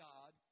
God